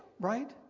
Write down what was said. right